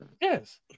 Yes